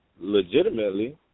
legitimately